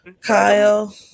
Kyle